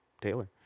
Taylor